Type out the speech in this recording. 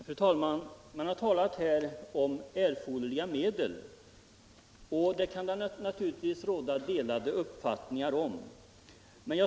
Fru talman! Man har här talat om erforderliga medel, och vad det är kan det naturligtvis råda delade meningar om.